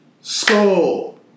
Skull